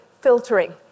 filtering